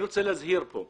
אני רוצה להזהיר כאן